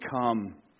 come